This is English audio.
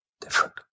different